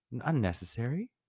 Unnecessary